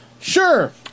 Sure